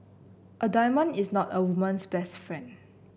a diamond is not a woman's best friend